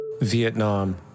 Vietnam